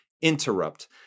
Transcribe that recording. interrupt